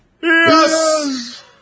Yes